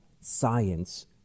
science